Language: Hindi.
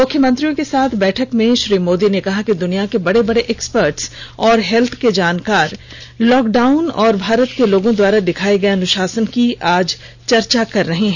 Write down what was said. मुख्यमंत्रियों के साथ बैठक में श्री मोदी ने कहा कि दुनिया के बड़े बड़े एक्सपर्ट्स और हेल्थ के जानकार लॉकडाउन और भारत के लोगों द्वारा दिखाए गए अनुशासन की आज चर्चा कर रहे हैं